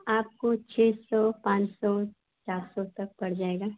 आपको छः सौ पाँच सौ चार सौ तक पड़ जाएगा